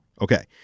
Okay